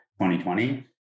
2020